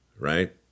right